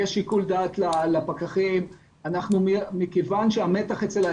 לפקחים יש שיקול דעת.